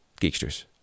Geeksters